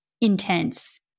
intense